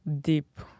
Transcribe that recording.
deep